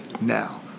now